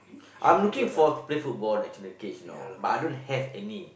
I'm looking forward to play football on natural occassion you know but I don't have any